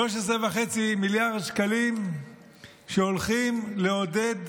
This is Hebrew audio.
13.5 מיליארד שקלים שהולכים לעודד